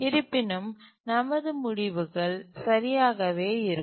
இருப்பினும் நமது முடிவுகள் சரியாகவே இருக்கும்